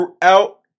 throughout